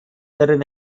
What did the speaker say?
werden